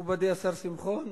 מכובדי השר שמחון,